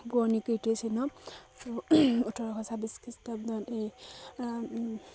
পুৰণি কৃতিচিহ্ণ ওঠৰশ ছাব্বিছ খৃষ্টাব্দৰ এই